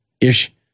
ish